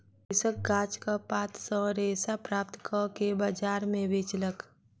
कृषक गाछक पात सॅ रेशा प्राप्त कअ के बजार में बेचलक